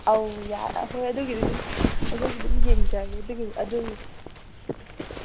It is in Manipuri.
ꯑꯥꯎ ꯍꯣꯏ ꯑꯗꯨꯒꯤꯗꯤ ꯑꯗꯨꯝ ꯑꯗꯨꯒꯤꯗꯤ ꯑꯗꯨꯝ ꯌꯦꯡꯖꯒꯦ